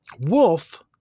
Wolf